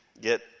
get